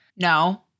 No